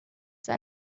that